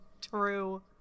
True